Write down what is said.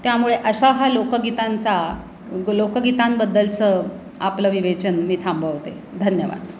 त्यामुळे अशा हा लोकगीतांचा ग लोकगीतांबद्दलचं आपलं विवेचन मी थांबवते धन्यवाद